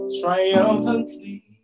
triumphantly